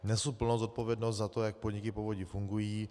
Nesu plnou zodpovědnost za to, jak podniky Povodí fungují.